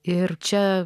ir čia